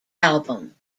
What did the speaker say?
album